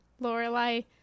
Lorelai